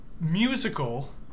musical